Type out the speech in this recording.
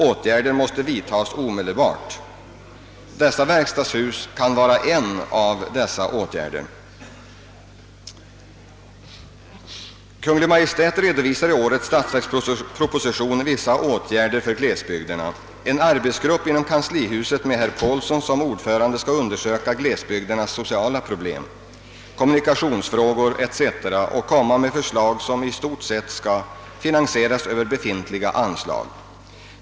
Åtgärder måste vidtagas omedelbart. Nämnda verkstadshus kan vara en av dessa åtgärder, Kungl. Maj:t redovisar i årets statsverksproposition vissa åtgärder för glesbygderna. En arbetsgrupp inom Kanslihuset med herr Paulsson som ordförande skall undersöka glesbygdernas sociala problem, kommunikationsfrågor etc. och framlägga förslag till åtgärder som i stort sett skall finansieras med befintliga anslag.